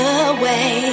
away